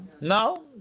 No